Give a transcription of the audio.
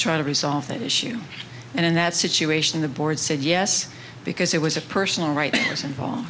try to resolve that issue and in that situation the board said yes because it was a personal right